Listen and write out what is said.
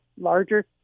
larger